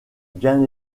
bien